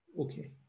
Okay